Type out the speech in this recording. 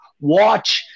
watch